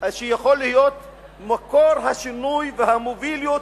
שיכול להיות מקור השינוי והמוביליות